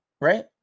right